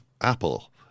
Apple